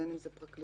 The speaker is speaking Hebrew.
בין אם זו פרקליטות,